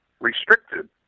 restricted